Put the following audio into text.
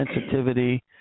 sensitivity